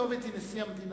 הכתובת היא נשיא המדינה.